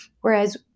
whereas